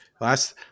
last